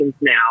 now